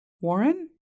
Warren